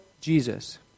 Jesus